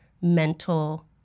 mental